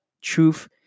truth